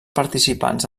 participants